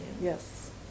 Yes